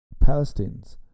Palestinians